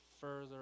further